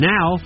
Now